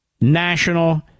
national